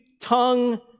tongue